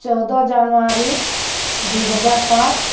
ଚଉଦ ଜାନୁୟାରୀ ଦୁଇ ହଜାର ପାଞ୍ଚ